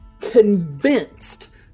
convinced